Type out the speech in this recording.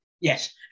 Yes